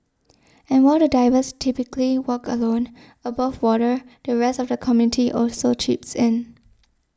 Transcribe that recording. and while the divers typically work alone above water the rest of the community also chips in